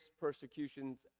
persecutions